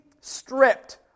stripped